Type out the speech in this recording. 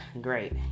great